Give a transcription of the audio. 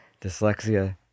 Dyslexia